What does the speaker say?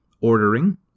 ordering